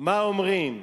מה אומרים,